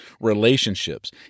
relationships